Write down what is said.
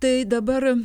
tai dabar